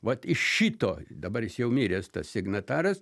vat iš šito dabar jis jau miręs signataras